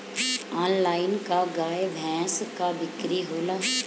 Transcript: Online का गाय भैंस क बिक्री होला?